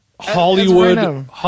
Hollywood